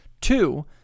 Two